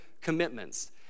commitments